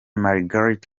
margaret